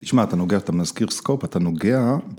תשמע, אתה נוגע, אתה מזכיר סקופ, אתה נוגע...